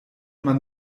man